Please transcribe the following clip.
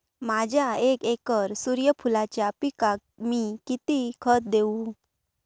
माझ्या एक एकर सूर्यफुलाच्या पिकाक मी किती खत देवू?